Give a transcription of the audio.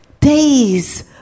days